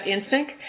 instinct